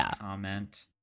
comment